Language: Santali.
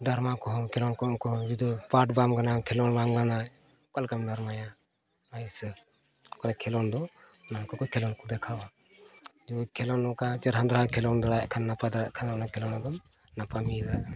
ᱰᱟᱨᱢᱟ ᱠᱚ ᱦᱚᱸ ᱠᱷᱮᱞᱳᱰ ᱠᱚ ᱦᱚᱸ ᱡᱩᱫᱤ ᱯᱟᱴ ᱵᱟᱢ ᱜᱟᱱᱟ ᱠᱷᱮᱞᱳᱰ ᱵᱟᱢ ᱜᱟᱱᱟ ᱚᱠᱟ ᱞᱮᱠᱟᱢ ᱰᱟᱨᱢᱟᱭᱟ ᱦᱮᱸᱥᱮ ᱚᱠᱟ ᱠᱷᱮᱞᱳᱰ ᱫᱚ ᱚᱱᱟ ᱠᱚᱠᱚ ᱠᱷᱮᱞᱳᱰ ᱠᱚ ᱫᱷᱮᱠᱷᱟᱣᱟ ᱡᱩᱫᱤ ᱚᱱᱠᱟ ᱪᱮᱨᱦᱟ ᱫᱷᱟᱨᱟ ᱠᱷᱮᱞᱳᱰ ᱫᱟᱲᱮᱭᱟᱜ ᱠᱷᱟᱱ ᱱᱟᱯᱟᱭ ᱠᱷᱟᱱ ᱚᱱᱟ ᱠᱷᱮᱞᱳᱰ ᱨᱮᱫᱚᱢ ᱱᱟᱯᱟᱭᱮᱢ ᱤᱭᱟᱹ ᱫᱟᱲᱮᱭᱟᱜᱼᱟ